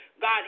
God